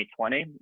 2020